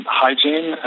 hygiene